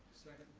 second.